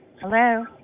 Hello